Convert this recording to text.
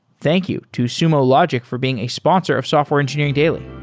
thank you to sumo logic for being a sponsor of software engineering daily